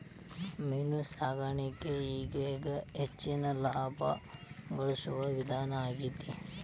main ಸಾಕಾಣಿಕೆ ಈಗೇಗ ಹೆಚ್ಚಿನ ಲಾಭಾ ಗಳಸು ವಿಧಾನಾ ಆಗೆತಿ